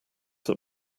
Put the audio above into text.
that